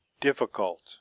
difficult